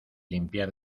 limpiar